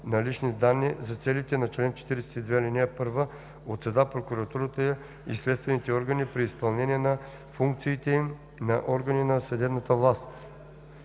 на лични данни за целите по чл. 42, ал. 1 от съда, прокуратурата и следствените органи при изпълнение на функциите им на органи на съдебната власт.